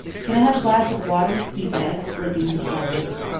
can i have a glass of water? he begged, licking his dry lips.